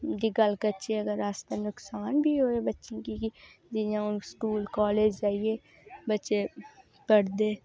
ते गल्ल करचै अगर अस ते नुक्सान बी होए बच्चें गी ते जि'यां हून स्कूल कॉलेज़ जाइयै बच्चे पढ़दे